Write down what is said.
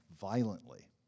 violently